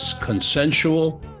consensual